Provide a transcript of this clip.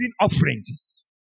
offerings